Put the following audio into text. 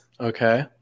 Okay